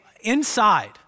inside